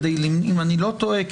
אם אני לא טועה,